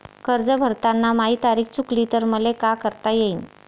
कर्ज भरताना माही तारीख चुकली तर मले का करता येईन?